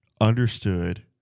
understood